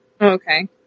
Okay